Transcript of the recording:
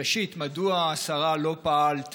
ראשית, מדוע, השרה, לא פעלת